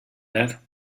that